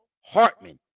Hartman